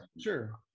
Sure